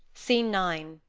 scene nine.